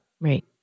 Right